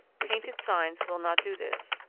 painted signs will not do this.